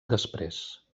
després